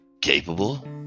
capable